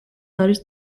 არის